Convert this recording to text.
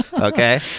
Okay